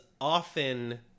often